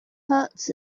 hurts